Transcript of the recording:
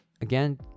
again